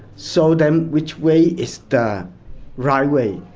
so them which way is the right way.